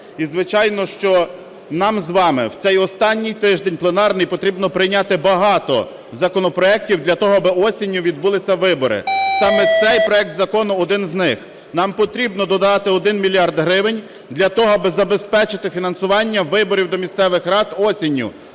І звичайно, що нам з вами в цей останній пленарний тиждень потрібно прийняти багато законопроектів для того, аби осінню відбулися вибори. Саме цей проект закону один з них. Нам потрібно додати 1 мільярд гривень для того аби забезпечити фінансування виборів до місцевих рад осінню.